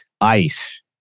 ice